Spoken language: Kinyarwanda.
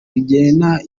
rigena